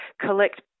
collect